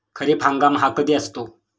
खरीप हंगाम हा कधी असतो?